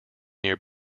near